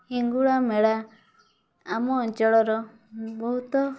ହିଙ୍ଗୁଳା ମେଳା ଆମ ଅଞ୍ଚଳର ବହୁତ